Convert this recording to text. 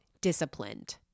disciplined